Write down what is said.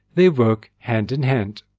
they work hand in hand.